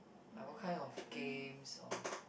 like what kind of games or